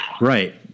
Right